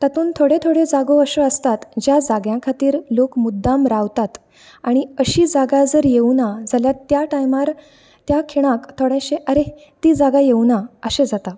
तातूंत थोड्यो थोड्यो जागो अश्यो आसतात ज्या जाग्या खतीर लोक मुद्दाम रावतात आनी अशी जागा जर येवुना जाल्यार त्या टायमार त्या खिणाक थोडेशे अरे ती जागा येवुना अशे जाता